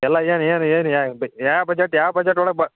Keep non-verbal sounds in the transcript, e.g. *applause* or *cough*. ಎಲ್ಲ ಏನು ಏನು ಏನು *unintelligible* ಯಾ ಬಜೆಟ್ ಯಾವ ಬಜೆಟ್ ಒಳಗೆ ಬಾ